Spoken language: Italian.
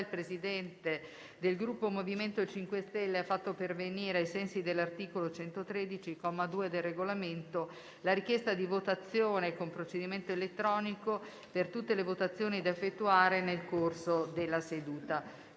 il Presidente del Gruppo MoVimento 5 Stelle ha fatto pervenire, ai sensi dell'articolo 113, comma 2, del Regolamento, la richiesta di votazione con procedimento elettronico per tutte le votazioni da effettuare nel corso della seduta.